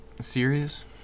series